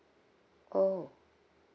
oh